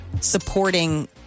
Supporting